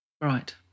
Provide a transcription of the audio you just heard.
Right